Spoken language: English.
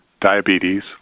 diabetes